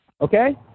okay